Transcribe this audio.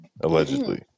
Allegedly